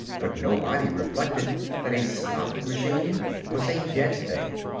but nobody reflected that a stopped machine was a dead thing.